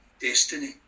destiny